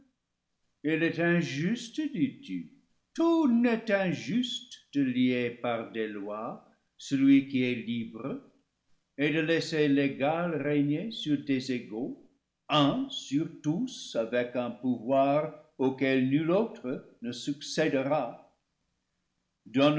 il est injuste dis-tu tout net injuste de lier par des lois celui qui est libre et de laisser l'égal régner sur des égaux un sur sur tous avec un pouvoir auquel nul autre ne succédera